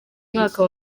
mwaka